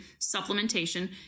supplementation